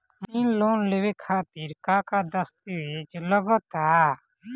मसीक लोन लेवे खातिर का का दास्तावेज लग ता?